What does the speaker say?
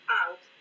out